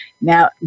Now